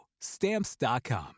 Stamps.com